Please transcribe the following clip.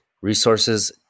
resources